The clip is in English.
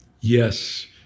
yes